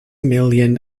million